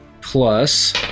plus